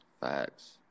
facts